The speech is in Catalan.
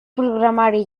programari